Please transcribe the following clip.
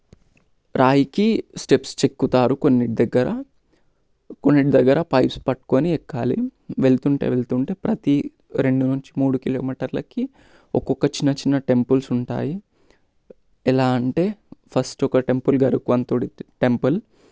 రాయికి స్టెప్స్ చెక్కుతారు కొన్నింటి దగ్గర కొన్నింటి దగ్గర పైప్స్ పట్టుకొని ఎక్కాలి వెళ్తుంటే వెళ్తుంటే ప్రతి రెండు నుంచి మూడు కిలోమీటర్లకి ఒక్కొక్క చిన్న చిన్న టెంపుల్స్ ఉంటాయి ఎలా అంటే ఫస్ట్ ఒక టెంపుల్ గరుత్మంతుడి టెంపుల్